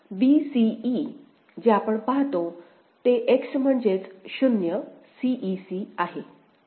तर b c e जे आपण पाहतो ते X म्हणजेच 0 c e c आहे